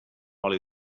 oli